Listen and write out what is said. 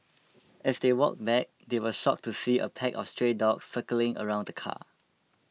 as they walked back they were shocked to see a pack of stray dogs circling around the car